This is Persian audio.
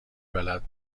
بلد